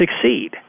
succeed